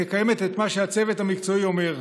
מקיימת את מה שהצוות המקצועי אומר.